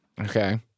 Okay